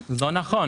זה לא נכון.